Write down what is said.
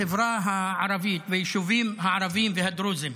בחברה הערבית, ביישובים הערביים והדרוזיים.